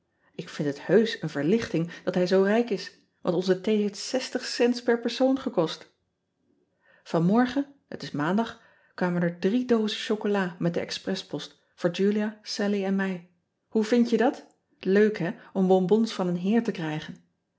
k vind het heusch een verlichting dat hij zoo rijk is want onze thee heeft cents per persoon gekost an morgen het is aandag kwamen er drie doozen chocola met de exprespost voor ulia allie en mij oe vind je dat euk hè om bonbons van een heer te krijgen